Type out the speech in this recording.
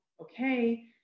okay